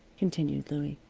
continued louie.